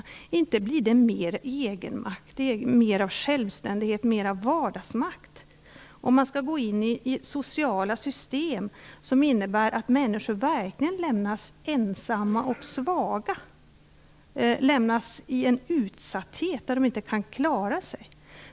Men inte blir det mer egenmakt, mer av självständighet och mer av vardagsmakt om man skall gå in i sociala system som innebär att människor verkligen lämnas ensamma och svaga, att människor lämnas i en utsatthet där de inte kan klara sig.